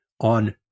on